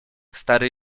stary